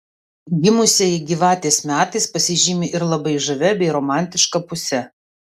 gimusieji gyvatės metais pasižymi ir labai žavia bei romantiška puse